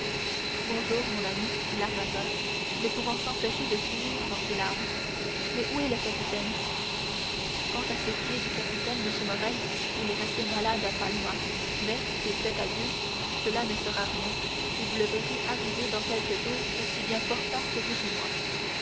bonjour mon ami dit l'armateur ne pouvant s'empêcher de sourire dans ses larmes mais où est le capitaine quant à ce qui est du capitaine monsieur morrel il est resté malade à palma mais s'il plaît à dieu cela ne sera rien et vous le verrez arriver dans quelques jours aussi bien portant que vous et moi